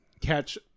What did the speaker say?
catch